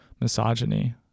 misogyny